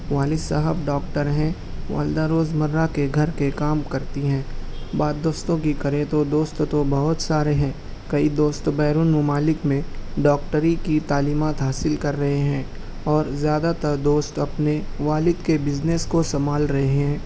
والد صاحب ڈاکٹر ہیں والدہ روز مرہ کے گھر کے کام کرتی ہیں بات دوستوں کی کریں تو دوست تو بہت سارے ہیں کئی دوست بیرون ممالک میں ڈاکٹری کی تعلیمات حاصل کر رہے ہیں اور زیادہ تر دوست اپنے والد کے بِزنس کو سنبھال رہے ہیں